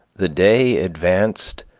the day advanced